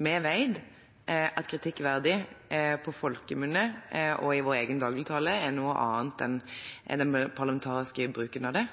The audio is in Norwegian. Vi vet at ordet «kritikkverdig» på folkemunne og i vår egen dagligtale er noe annet enn den parlamentariske bruken av det.